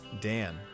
Dan